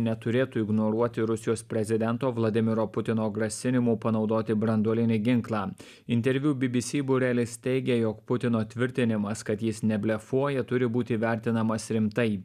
neturėtų ignoruoti rusijos prezidento vladimiro putino grasinimų panaudoti branduolinį ginklą interviu bbc burelis teigė jog putino tvirtinimas kad jis neblefuoja turi būti vertinamas rimtai